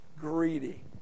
greedy